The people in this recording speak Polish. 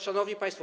Szanowni Państwo!